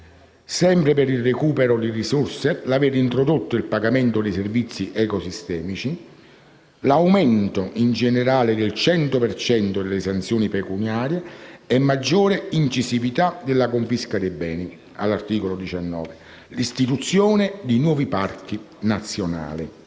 sempre per il recupero di risorse l'aver introdotto il pagamento dei servizi ecosistemici; l'aumento, in generale del 100 per cento delle sanzioni pecuniarie e maggiore incisività della confisca dei beni (articolo 17); l'istituzione di nuovi parchi nazionali.